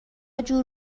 جور